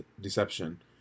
deception